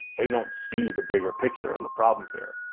they don't see the bigger picture, and the problem here.